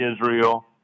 Israel